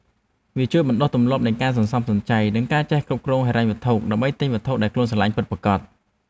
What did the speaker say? វាជួយបណ្ដុះទម្លាប់នៃការសន្សំសំចៃ និងការចេះគ្រប់គ្រងហិរញ្ញវត្ថុ ដើម្បីទិញវត្ថុដែលខ្លួនស្រឡាញ់ពិតប្រាកដ។